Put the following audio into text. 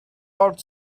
that